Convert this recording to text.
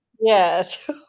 Yes